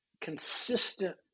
consistent